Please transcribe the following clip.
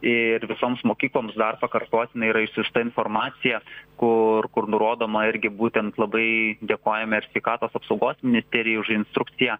ir visoms mokykloms dar pakartotinai yra išsiųsta informacija kur kur nurodoma irgi būtent labai dėkojame ir sveikatos apsaugos ministerijai už instrukciją